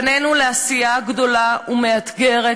פנינו לעשייה גדולה ומאתגרת,